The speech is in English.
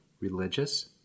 religious